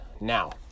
now